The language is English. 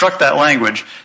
language